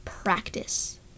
Practice